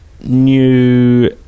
new